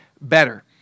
better